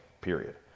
period